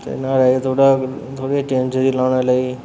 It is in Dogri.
ते न्हाड़े च थोह्ड़ा थोह्ड़ी चेंज लाने लेई